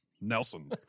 Nelson